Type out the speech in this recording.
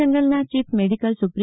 જનરલના chief medical સુપ્રિ